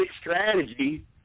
strategy